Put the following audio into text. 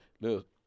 Look